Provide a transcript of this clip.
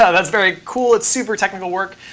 ah that's very cool. it's super technical work.